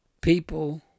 people